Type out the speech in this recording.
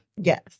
Yes